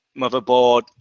motherboard